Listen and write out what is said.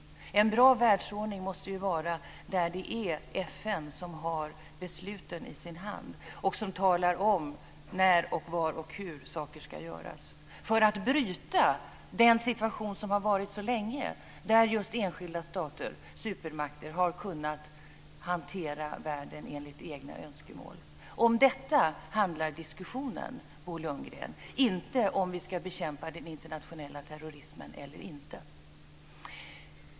En bra världsordning måste ju vara en ordning där det är FN som har besluten i sin hand och som talar om när, var och hur saker ska göras för att bryta den situation som varit så länge och där just enskilda stater, supermakter, har kunnat hantera världen enligt egna önskemål. Om detta handlar diskussionen, Bo Lundgren - inte om vi ska bekämpa den internationella terrorismen eller inte!